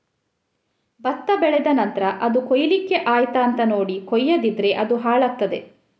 ಭತ್ತ ಬೆಳೆದ ನಂತ್ರ ಅದು ಕೊಯ್ಲಿಕ್ಕೆ ಆಯ್ತಾ ಅಂತ ನೋಡಿ ಕೊಯ್ಯದಿದ್ರೆ ಅದು ಹಾಳಾಗ್ತಾದೆ